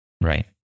Right